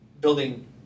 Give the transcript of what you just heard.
building